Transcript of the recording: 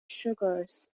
sugars